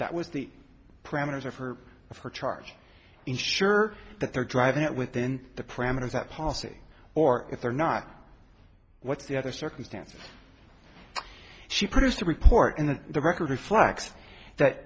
that was the parameters of her of her charge ensure that they're driving it within the parameters that policy or if they're not what's the other circumstance she produced a report and the record reflects that